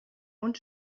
und